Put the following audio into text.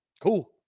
Cool